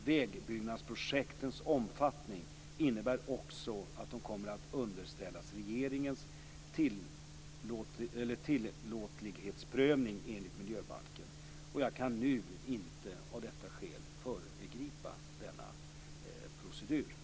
Vägbyggnadsprojektens omfattning innebär också att de kommer att underställas regeringens tillåtlighetsprövning enligt miljöbalken. Jag kan av detta skäl inte nu föregripa den proceduren.